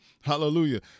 Hallelujah